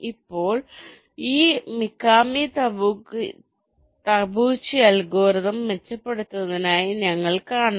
ഇപ്പോൾ ഇത് Mikami Tabuchi algorithm മെച്ചപ്പെടുത്തിയതായി നിങ്ങൾ കാണുന്നു